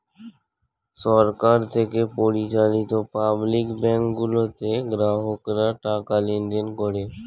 সরকার থেকে পরিচালিত public bank গুলোতে গ্রাহকরা টাকা লেনদেন করে